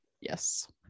Yes